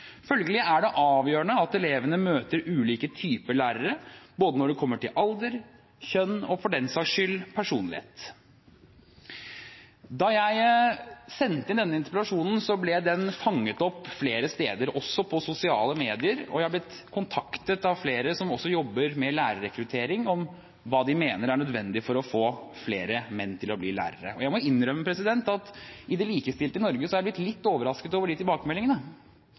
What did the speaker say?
Følgelig er det avgjørende at elevene møter ulike typer lærere, både når det gjelder alder, kjønn og for den saks skyld personlighet. Da jeg sendte inn denne interpellasjonen, ble den fanget opp flere steder, også på sosiale medier, og jeg er blitt kontaktet av flere som også jobber med lærerrekruttering, om hva de mener er nødvendig for å få flere menn til å bli lærere. Jeg må innrømme at i det likestilte Norge er jeg blitt litt overrasket over de tilbakemeldingene,